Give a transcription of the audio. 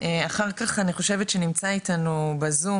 אחר כך אני חושבת שנמצא איתנו בזום,